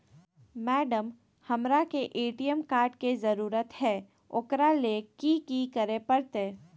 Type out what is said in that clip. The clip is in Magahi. मैडम, हमरा के ए.टी.एम कार्ड के जरूरत है ऊकरा ले की की करे परते?